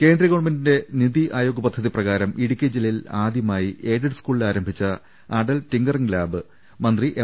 കേന്ദ്രഗവൺമെന്റിന്റെ നിതി ആയോഗ് പദ്ധതി പ്രകാരം ഇടുക്കി ജില്ലയിൽ ആദ്യമായി എയ്ഡഡ് സ്കൂളിൽ ആരംഭിച്ച അടൽ ടിങ്ക റിങ്ങ് ലാബ് മന്ത്രി എം